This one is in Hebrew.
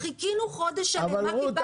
חיכינו חודש שלם --- אבל רות,